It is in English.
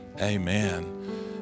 Amen